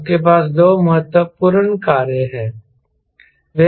आपके पास दो महत्वपूर्ण कार्य हैं